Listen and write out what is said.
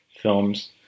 films